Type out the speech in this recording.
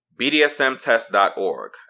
bdsmtest.org